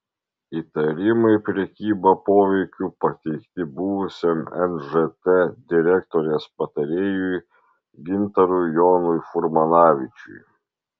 įtarimai prekyba poveikiu pateikti buvusiam nžt direktorės patarėjui gintarui jonui furmanavičiui